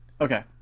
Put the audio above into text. Okay